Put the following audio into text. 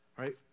right